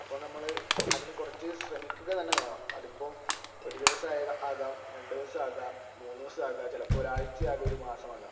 അപ്പം നമ്മൾ അതിന് കുറച്ച് ശ്രമിക്കുക തന്നെ വേണം അത് ഇപ്പോൾ ഒരു ദിവസം ആകാം രണ്ടു ദിവസമാകാം മൂന്ന് ദിവസമാകാം ചിലപ്പോൾ ഒരാഴ്ചയാകാം ഒരു മാസമാകാം